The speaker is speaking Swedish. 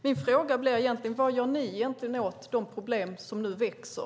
Min fråga blir: Vad gör ni åt de problem som nu växer?